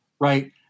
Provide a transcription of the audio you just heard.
right